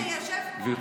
הינה, בסדר.